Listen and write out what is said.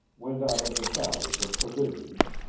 went out of the valley for provisions,